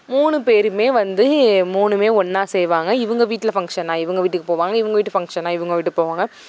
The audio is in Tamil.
மூணு பேருமே வந்து மூணுமே ஒன்றா செய்வாங்க இவங்க வீட்டில ஃபங்க்ஷன்னால் இவங்க வீட்டுக்கு போவாங்க இவங்க வீட்டு ஃபங்க்ஷன்னால் இவங்க வீட்டுக்கு போவாங்க